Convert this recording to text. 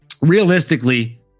realistically